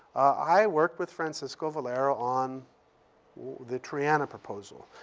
i worked with francisco valero on the triana proposal.